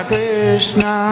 Krishna